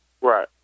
Right